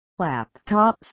laptops